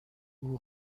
اون